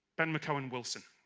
ben mcowen wilson,